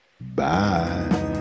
Bye